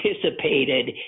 participated